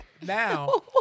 Now